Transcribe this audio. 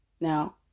Now